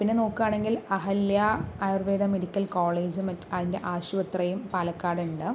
പിന്നെ നോക്കുകയാണെങ്കിൽ അഹല്യാ ആയുർവേദ മെഡിക്കൽ കോളേജും മറ്റ് അതിൻ്റെ ആശുപത്രിയും പാലക്കാട് ഉണ്ട്